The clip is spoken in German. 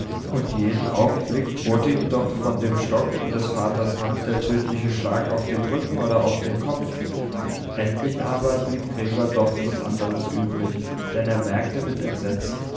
und jeden augenblick drohte ihm doch von dem stock in des vaters hand der tödliche schlag auf den rücken oder auf den kopf endlich aber blieb gregor doch nichts anderes übrig denn er merkte mit entsetzen